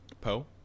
Poe